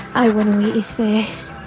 i wouldn't resurface